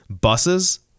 Buses